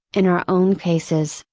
in our own cases,